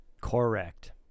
correct